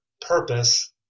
purpose